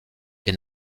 est